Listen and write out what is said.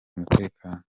umutekano